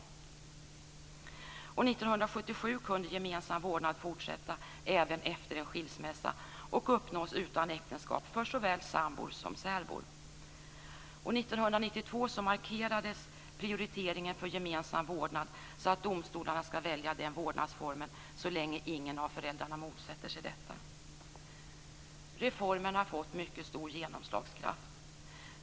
1977 kunde gemensam vårdnad fortsätta även efter en skilsmässa, och uppnås utan äktenskap för såväl sambor som särbor. 1992 markerades prioriteringen av gemensam vårdnad, så att domstolarna skall välja den vårdnadsformen så länge ingen av föräldrarna motsätter sig det. Reformen har fått mycket stor genomslagskraft.